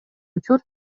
учур